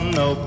no